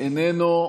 איננו,